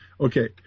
okay